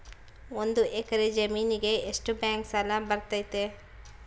ಒಂದು ಎಕರೆ ಜಮೇನಿಗೆ ಎಷ್ಟು ಬ್ಯಾಂಕ್ ಸಾಲ ಬರ್ತೈತೆ?